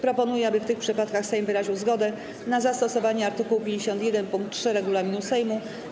Proponuję, aby w tych przypadkach Sejm wyraził zgodę na zastosowanie art. 51 pkt 3 regulaminu Sejmu.